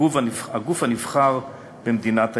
הגוף הנבחר במדינת היהודים,